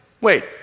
Wait